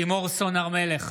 לימור סון הר מלך,